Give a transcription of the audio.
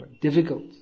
difficult